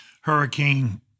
Hurricane